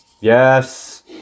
Yes